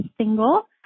single